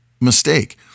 mistake